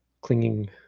clinging